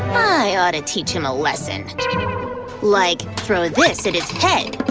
i ought to teach him a lesson like throw this at his head!